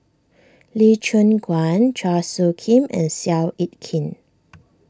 Lee Choon Guan Chua Soo Khim and Seow Yit Kin